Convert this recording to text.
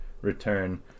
return